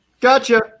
gotcha